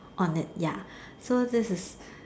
on it ya so this is